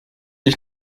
ich